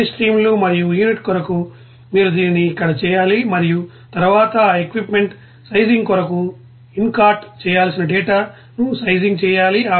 అన్ని స్ట్రీమ్ లు మరియు యూనిట్ కొరకు మీరు దీనిని ఇక్కడ చేయాలి మరియు తరువాత ఆ ఎక్విప్ మెంట్ సైజింగ్ కొరకు ఇన్ కార్ట్ చేయాల్సిన డేటాను సైజింగ్ చేయాలి